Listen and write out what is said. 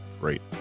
great